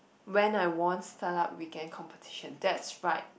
when I won start up weekend competition that's right